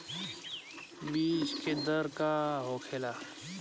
बीज के दर का होखेला?